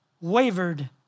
wavered